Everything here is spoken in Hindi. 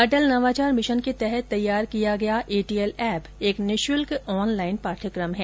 अटल नवाचार मिशन के तहत तैयार किया गया ए टी एल ऐप एक निःशुल्क ऑन लाइन पाठ्यक्रम है